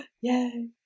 Yay